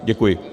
Děkuji.